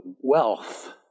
wealth